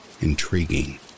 intriguing